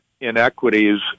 inequities